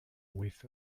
with